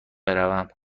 برم